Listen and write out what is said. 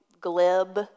glib